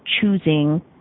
choosing